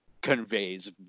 conveys